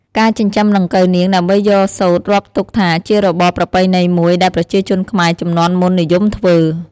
ការចិញ្ចឹមដង្កូវនាង ដើម្បីយកសូត្ររាប់ទុកថាជារបរប្រពៃណីមួយដែលប្រជាជនខ្មែរជំនាន់មុននិយមធ្វើ។